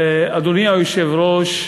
אדוני היושב-ראש,